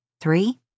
Three